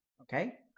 okay